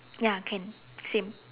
ya can same